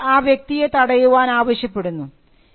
കോടതിയോട് ആ വ്യക്തിയെ തടയുവാൻ ആവശ്യപ്പെടുന്നു